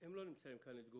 הם לא נמצאים כאן לתגובה.